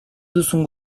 duzun